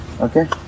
Okay